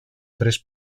tres